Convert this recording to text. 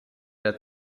der